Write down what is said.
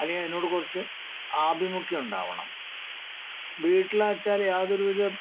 അല്ലെങ്കിൽ അതിനോട് കുറച്ച് ആഭിമുഖ്യം ഉണ്ടാവണം വീട്ടിലാച്ചാൽ യാതൊരു വിധ